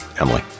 Emily